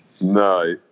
No